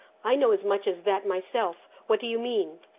i know as much as that myself. what do you mean?